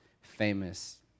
famous